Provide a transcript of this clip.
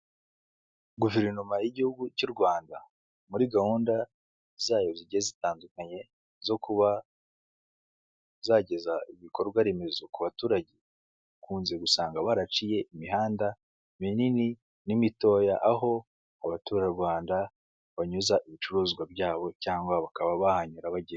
Guverinoma y'Igihugu cy'u Rwanda muri gahunda zayo zigiye zitandukanye zo kuba zageza ibikorwaremezo ku baturage, ukunze gusanga baraciye imihanda minini n'imitoya aho abaturarwanda banyuza ibicuruzwa byabo cyangwa bakaba bahanyura bagenda.